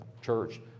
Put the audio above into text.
Church